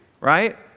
Right